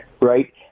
Right